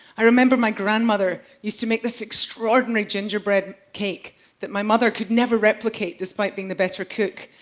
i remember my grandmother used to make this extraordinary gingerbread cake that my mother could never replicate despite being the better cook.